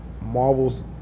Marvel's